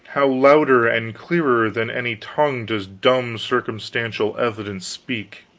how louder and clearer than any tongue, does dumb circumstantial evidence speak.